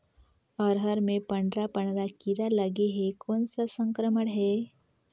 अरहर मे पंडरा पंडरा कीरा लगे हे कौन सा संक्रमण हे?